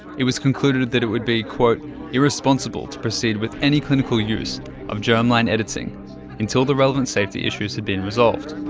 it was concluded that it would be irresponsible to proceed with any clinical use of germline editing until the relevant safety issues had been resolved.